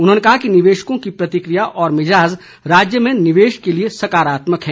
उन्होंने कहा कि निवेशकों की प्रतिक्रिया और मिजाज राज्य में निवेश के लिए सकारात्मक है